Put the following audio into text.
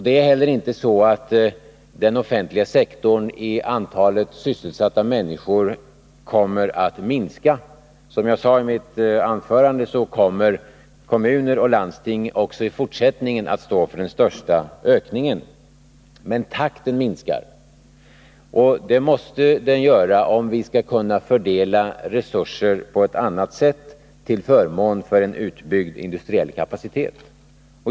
Det är heller inte så att den offentliga sektorn kommer att minska, om man räknar i antalet sysselsatta människor. Som jag sade i mitt tidigare anförande kommer kommuner och landsting också i fortsättningen att stå för den största ökningen. Men takten minskar. Det måste den göra om vi skall kunna fördela resurser på ett annat sätt till förmån för en utbyggd industriell kapacitet.